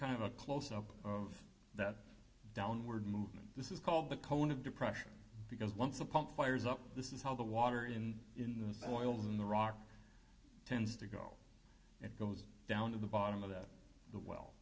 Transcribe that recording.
kind of a close up of that downward movement this is called the cone of depression because once a pump fires up this is how the water in in the soils in the rock tends to go and goes down to the bottom of that